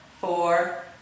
four